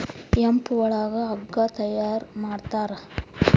hemp ಒಳಗ ಹಗ್ಗ ತಯಾರ ಮಾಡ್ತಾರ